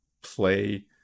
play